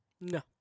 No